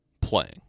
playing